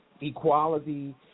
equality